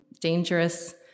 dangerous